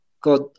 got